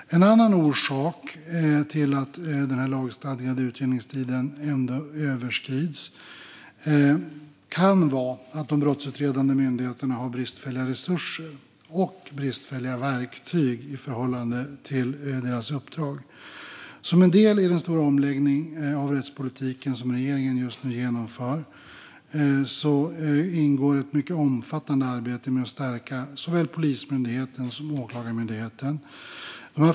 En annan orsak till att den lagstadgade utredningstiden överskrids kan vara att de brottsutredande myndigheterna har bristfälliga resurser och verktyg i förhållande till sitt uppdrag. Som en del i den stora omläggningen av svensk rättspolitik genomför regeringen just nu ett mycket omfattande arbete med att stärka såväl Polismyndigheten som Åklagarmyndigheten.